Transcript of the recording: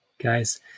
guys